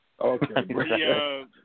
Okay